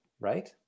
right